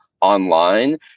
online